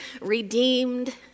redeemed